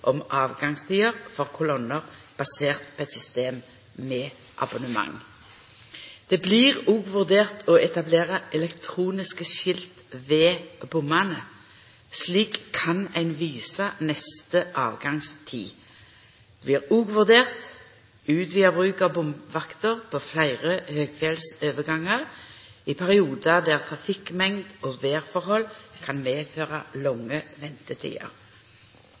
abonnement. Det blir òg vurdert å etablera elektroniske skilt ved bommane. Slik kan ein visa neste avgangstid. Det blir òg vurdert utvida bruk av bomvakter på fleire høgfjellsovergangar i periodar der trafikkmengd og vêrforhold kan medføra lange ventetider.